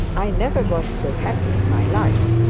i never was so happy in my life.